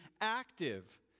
active